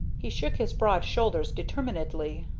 he shook his broad shoulders determinedly.